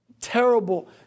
terrible